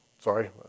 Sorry